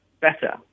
better